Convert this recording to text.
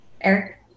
Eric